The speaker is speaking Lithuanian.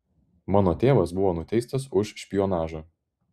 mano tėvas buvo nuteistas už špionažą